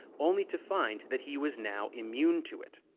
only to find that he was now immune to it.